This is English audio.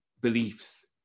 beliefs